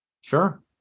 sure